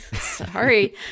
Sorry